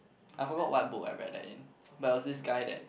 I forgot what book I read that in but was this guy that